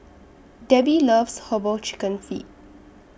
Debbi loves Herbal Chicken Feet